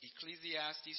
Ecclesiastes